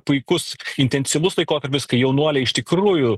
puikus intensyvus laikotarpis kai jaunuoliai iš tikrųjų